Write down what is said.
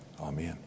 Amen